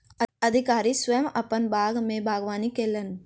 अधिकारी स्वयं अपन बाग में बागवानी कयलैन